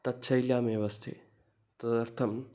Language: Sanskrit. तच्छैल्यामेव अस्ति तदर्थं